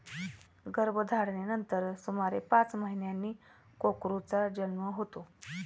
गर्भधारणेनंतर सुमारे पाच महिन्यांनी कोकरूचा जन्म होतो